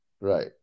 right